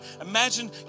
imagine